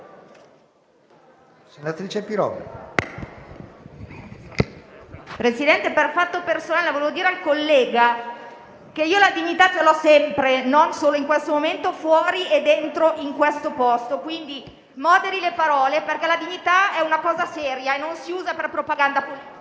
intervengo per fatto personale. Volevo dire al collega che io la dignità ce l'ho sempre, non solo in questo momento, fuori e dentro questo posto. Quindi moderi le parole, perché la dignità è una cosa seria e non si usa per propaganda politica.